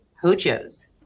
Hojo's